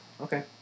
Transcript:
Okay